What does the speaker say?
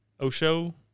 Osho